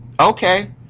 Okay